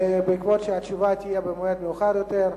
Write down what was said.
מכיוון שהתשובה תהיה במועד מאוחר יותר,